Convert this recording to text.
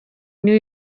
new